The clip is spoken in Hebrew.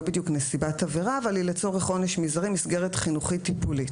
בדיוק נסיבת עבירה אבל היא לצורך עונש מזערי מסגרת חינוכית טיפולית.